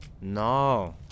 No